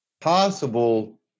possible